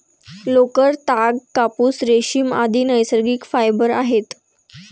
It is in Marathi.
लोकर, ताग, कापूस, रेशीम, आदि नैसर्गिक फायबर आहेत